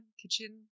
kitchen